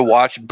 Watch